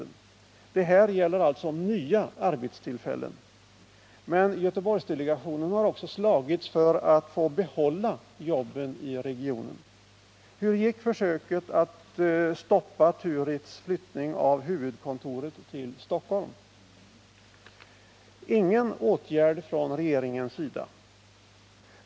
Det här gäller alltså nya arbetstillfällen. Men Göteborgsdelegationen har också slagits för att få behålla jobben i regionen. Hur gick försöket att stoppa Turitz flyttning av huvudkontoret till Stockholm? Ingen åtgärd från regeringens sida.